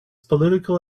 political